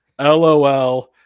LOL